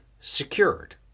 secured